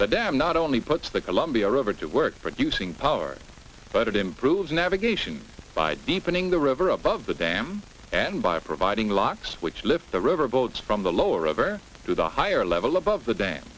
but dam not only puts the columbia river to work producing power but it improves navigation by deepening the river above the dam and by providing locks which lift the river boats from the lower river through the higher level above the dam